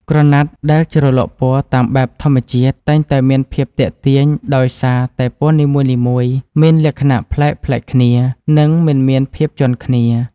ក្រណាត់ដែលជ្រលក់ពណ៌តាមបែបធម្មជាតិ តែងតែមានភាពទាក់ទាញដោយសារតែពណ៌នីមួយៗមានលក្ខណៈប្លែកៗគ្នា និង មិនមានភាពជាន់គ្នា។